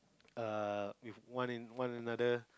err with one and one another